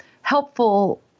helpful